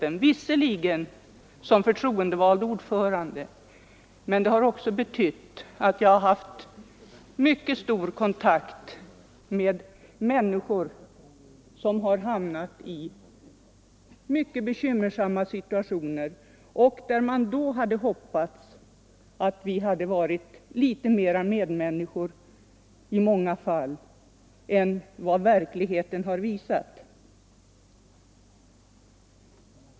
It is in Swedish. Det har visserligen varit i funktionen som förtroendevald ordförande, men jag har ändå haft mycket stor kontakt med människor som hamnat i bekymmersamma situationer. I sådana fall har jag ofta önskat att möjlighet hade funnits att handla med mera medmänsklighet än vad som i verkligheten kunnat ske.